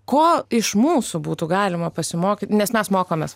ko iš mūsų būtų galima pasimokyt nes mes mokomės